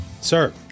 Sir